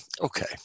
okay